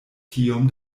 tiom